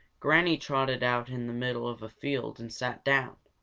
granny trotted out in the middle of a field and sat down.